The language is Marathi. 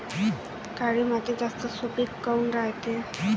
काळी माती जास्त सुपीक काऊन रायते?